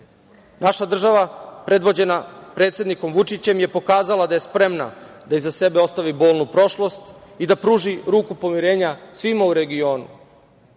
Naša država predvođena predsednikom Vučićem je pokazala da je spremna da iza sebe ostavi bolnu prošlost i da pruži ruku poverenja svima u regionu.